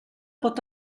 pot